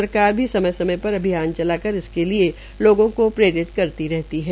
सरकार भी समय समय पर अभियान चलाकार इसके लिए लोगों को प्रेरित करती है